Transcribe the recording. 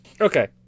Okay